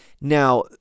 Now